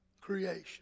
creation